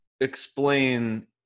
explain